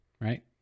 right